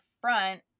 front